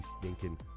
stinking